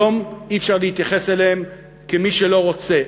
היום אי-אפשר להתייחס אליהם כמי שלא רוצה.